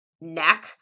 neck